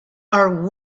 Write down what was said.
are